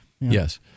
Yes